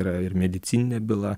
yra ir medicininė byla